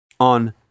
on